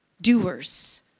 doers